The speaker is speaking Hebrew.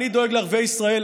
אני דואג לערביי ישראל,